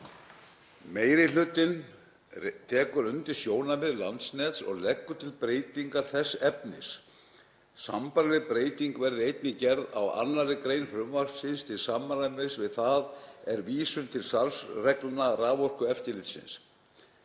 Meiri hlutinn tekur undir sjónarmið Landsnets og leggur til breytingu þess efnis. Sambærileg breyting verði einnig gerð á 2. gr. frumvarpsins til samræmis en þar er vísun til starfsreglna Raforkueftirlitsins.